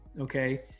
Okay